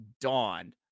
dawn